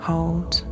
Hold